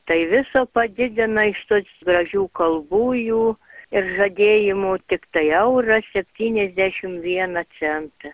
tai viso padidina iš tos gražių kalbų jų ir žadėjimų tiktai eurą septyniasdešim vieną centą